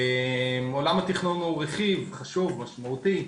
עולם התכנון הוא רכיב חשוב, משמעותי,